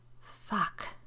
Fuck